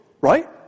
right